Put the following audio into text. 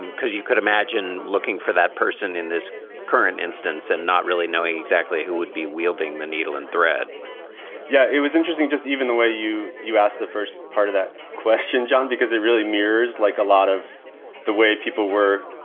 and because you could imagine looking for that person in this current instance and not really knowing exactly who would be wielding the needle and thread yeah. it was interesting. just even the way you you ask the first part of that question, john, because it really mirrors like a lot of the way people were.